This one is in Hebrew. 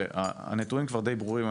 הנתונים כבר די ברורים,